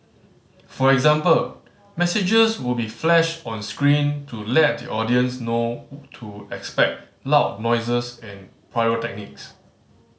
for example messages will be flashed on screen to let the audience know to expect loud noises and pyrotechnics